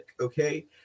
okay